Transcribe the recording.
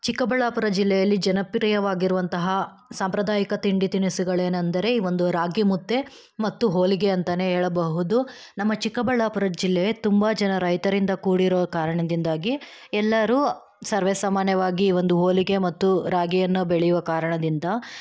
ಚಿಕ್ಕಬಳ್ಳಾಪುರ ಜಿಲ್ಲೆಯಲ್ಲಿ ಜನಪ್ರಿಯವಾಗಿರುವಂತಹ ಸಾಂಪ್ರದಾಯಿಕ ತಿಂಡಿ ತಿನಿಸುಗಳೇನಂದರೆ ಈ ಒಂದು ರಾಗಿ ಮುದ್ದೆ ಮತ್ತು ಹೋಳಿಗೆ ಅಂತಲೇ ಹೇಳಬಹುದು ನಮ್ಮ ಚಿಕ್ಕಬಳ್ಳಾಪುರ ಜಿಲ್ಲೆ ತುಂಬ ಜನ ರೈತರಿಂದ ಕೂಡಿರುವ ಕಾರಣದಿಂದಾಗಿ ಎಲ್ಲರೂ ಸರ್ವೇ ಸಾಮಾನ್ಯವಾಗಿ ಈ ಒಂದು ಹೋಳಿಗೆ ಮತ್ತು ರಾಗಿಯನ್ನು ಬೆಳೆಯುವ ಕಾರಣದಿಂದ